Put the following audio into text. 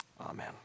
amen